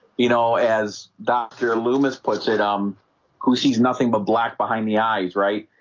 you know as dr. loomis puts it, um who sees nothing but black behind the eyes, right?